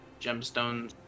gemstones